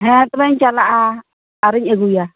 ᱦᱮᱸ ᱛᱚᱵᱮᱧ ᱪᱟᱞᱟᱜᱼᱟ ᱟᱨ ᱤᱧ ᱟᱜᱩᱭᱟ